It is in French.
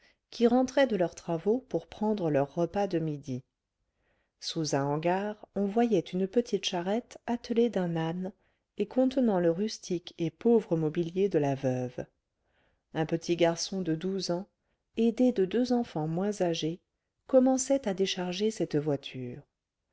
qui rentraient de leurs travaux pour prendre leur repas de midi sous un hangar on voyait une petite charrette attelée d'un âne et contenant le rustique et pauvre mobilier de la veuve un petit garçon de douze ans aidé de deux enfants moins âgés commençait à décharger cette voiture